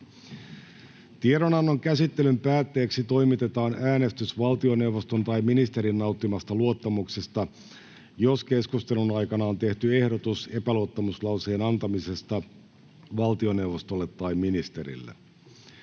Tiedonannon käsittelyn päätteeksi toimitetaan äänestys valtioneuvoston tai ministerin nauttimasta luottamuksesta, jos keskustelun aikana on tehty ehdotus epäluottamuslauseen antamisesta valtioneuvostolle tai ministerille.